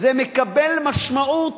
זה מקבל משמעות